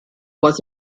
was